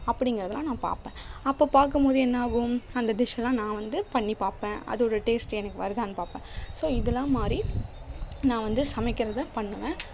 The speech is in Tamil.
அப்படிங்கறதலாம் நான் பார்ப்பேன் அப்போ பார்க்கம்போது என்னாகும் அந்த டிஷ்ஷெல்லாம் நான் வந்து பண்ணி பார்ப்பேன் அதோடய டேஸ்ட்டு எனக்கு வருதான்னு பார்ப்பேன் ஸோ இதெல்லாம்மாதிரி நான் வந்து சமைக்கிறதை பண்ணுவேன்